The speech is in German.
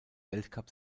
weltcup